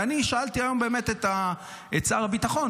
ואני שאלתי היום באמת את שר הביטחון,